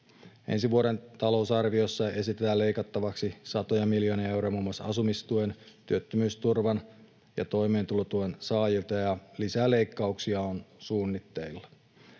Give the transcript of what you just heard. Ensi vuoden talousarviossa esitetään leikattavaksi satoja miljoonia euroja muun muassa asumistuen, työttömyysturvan ja toimeentulotuen saajilta, ja lisäleikkauksia on suunnitteilla.